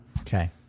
Okay